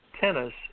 tennis